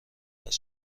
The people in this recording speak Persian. فلج